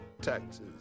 taxes